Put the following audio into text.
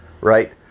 Right